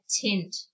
tint